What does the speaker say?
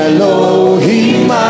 Elohim